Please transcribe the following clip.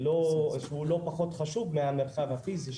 שהוא לא פחות חשוב מהמרחב הפיזי,